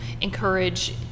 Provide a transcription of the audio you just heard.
encourage